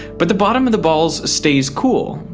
but the bottom of the balls stays cool.